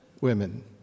women